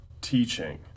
teaching